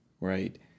Right